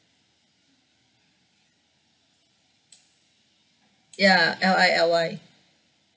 ya L I L Y